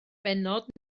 bennod